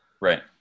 Right